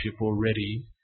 already